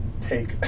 take